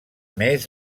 més